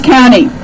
County